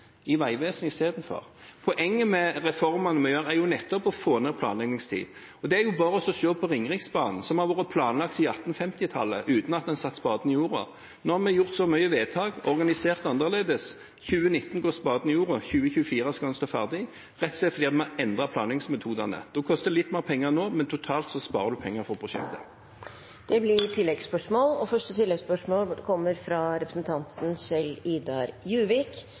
i Vegvesenet. Poenget med reformene vi gjennomfører, er nettopp å få ned planleggingstiden. Det er bare å se på Ringeriksbanen, som har vært planlagt siden 1850-tallet, uten at en har satt spaden i jorda. Nå har vi gjort mange vedtak og organisert det annerledes. I 2019 går spaden i jorda, i 2024 skal den stå ferdig, rett og slett fordi vi har endret planleggingsmetodene. Det koster litt mer penger nå, men totalt sparer en penger ved operasjonen. Det blir gitt anledning til oppfølgingsspørsmål – først Kjell-Idar Juvik.